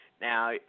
Now